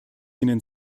ihnen